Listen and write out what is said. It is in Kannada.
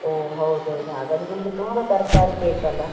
ಓಹ್ ಹೌದೌದು ಹಾಗಾದರೆ ನಿಮಗೆ ತುಂಬ ತರಕಾರಿ ಬೇಕಲ್ಲ